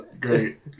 great